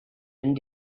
and